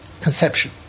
conception